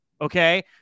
okay